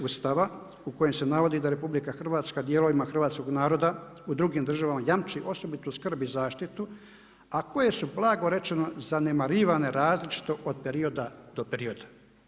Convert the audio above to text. Ustava, u kojem se navodi da RH dijelovima hrvatskog naroda u drugim državama jamči osobitu skrb i zaštitu a koje su blago rečeno, zanemarivane različito od perioda do perioda.